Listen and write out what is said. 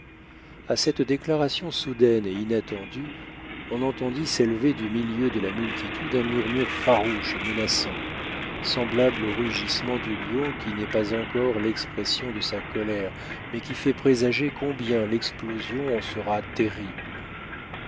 à cette déclaration soudaine et inattendue on entendit s'élever du milieu de la multitude un murmure farouche et menaçant semblable au rugissement du lion qui n'est pas encore l'expression de sa colère mais qui fait présager combien l'explosion en sera terrible